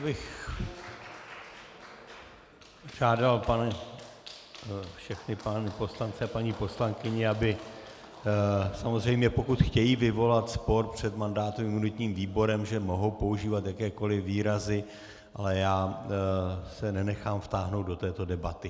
Já bych žádal všechny pány poslance a paní poslankyně, samozřejmě, pokud chtějí vyvolat spor před mandátovým a imunitním výborem, že mohou používat jakékoli výrazy, ale já se nenechám vtáhnout do této debaty.